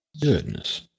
Goodness